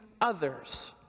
others